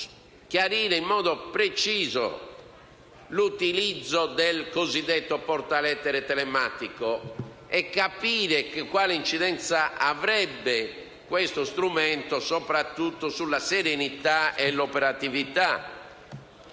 chiarisca in modo preciso l'utilizzo del cosiddetto portalettere telematico, per capire quale incidenza avrebbe questo strumento soprattutto sulla serenità e sull'operatività